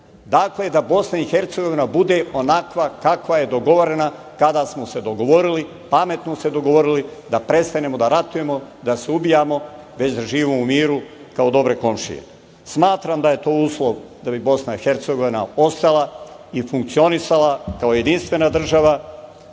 i Hercegovina bude onakva kakva je dogovorena kada smo se dogovorili, pametno se dogovorili, da prestanemo da ratujemo, da se ubijamo, već da živimo u miru kao dobre komšije. Smatram da je to uslov da bi Bosna i Hercegovina ostala i funkcionisala kao jedinstvena država,